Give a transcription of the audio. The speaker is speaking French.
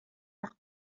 par